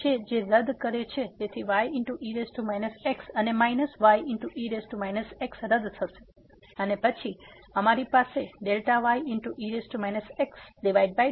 તેથી y e x અને minus y e x રદ કરો અને પછી અમારી પાસે ye xy છે